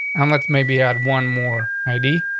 and let's maybe at one more i d.